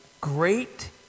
great